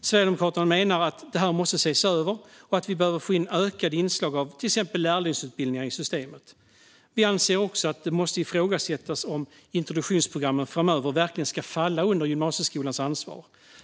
Sverigedemokraterna menar att detta måste ses över och att vi behöver få in ökade inslag av till exempel lärlingsutbildningar i systemet. Vi anser också att det måste ifrågasättas om introduktionsprogrammen framöver verkligen ska falla under gymnasieskolans ansvar.